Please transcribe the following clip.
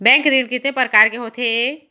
Bank ऋण कितने परकार के होथे ए?